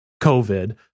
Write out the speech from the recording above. COVID